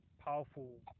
powerful